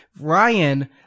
Ryan